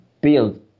build